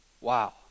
Wow